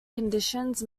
conditions